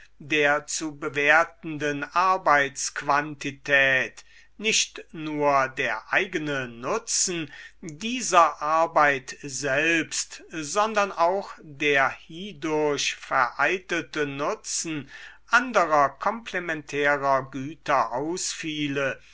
der zu bewertenden arbeitsquantität nicht nur der eigene nutzen dieser arbeit selbst sondern auch der hiedurch vereitelte nutzen anderer komplementärer güter